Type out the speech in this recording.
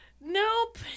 nope